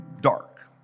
dark